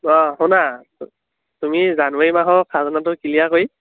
অঁ শুনা তুমি জানুৱাৰী মাহৰ খাজনাটো ক্লিয়াৰ কৰি